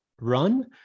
run